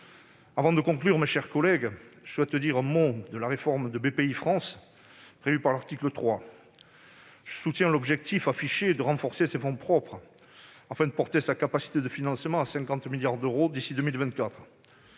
Avant de conclure, mes chers collègues, je souhaite dire un mot de la réforme de Bpifrance prévue par l'article 3. Je soutiens l'objectif affiché de renforcer ses fonds propres, afin de porter sa capacité de financement à 50 milliards d'euros d'ici à 2024.